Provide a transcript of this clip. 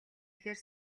ихээр